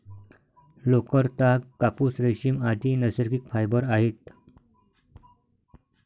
लोकर, ताग, कापूस, रेशीम, आदि नैसर्गिक फायबर आहेत